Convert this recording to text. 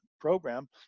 program